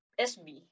SB